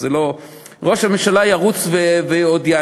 ראש הממשלה עוד ירוץ ויענה,